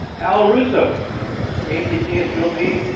al russo came to csulb